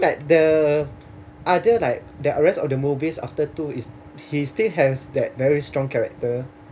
like the other like the rest of the movies after two is he still has that very strong character